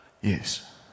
Yes